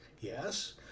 Yes